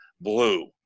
blue